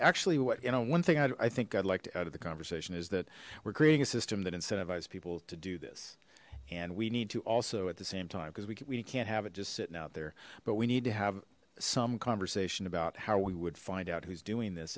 actually what you know one thing i think i'd like to add at the conversation is that we're creating a system that incentivize people to do this and we need to also at the same time because we can't have it just sitting out there but we need to have some conversation about how we would find out who's doing this